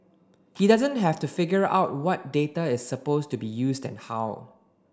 he doesn't have to figure out what data is supposed to be used and how